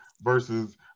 versus